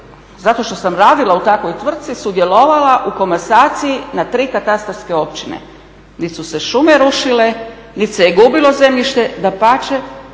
zato što sam radila u takvoj tvrtci, sudjelovala u komasaciji na tri katastarske općine. Niti su se šume rušile, niti se je gubilo zemljište, dapače